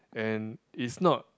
and is not